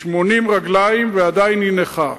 80 רגליים ועדיין היא נכה.